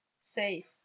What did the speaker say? safe